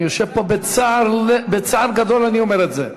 אני יושב פה, ובצער גדול אומר את זה.